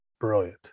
Brilliant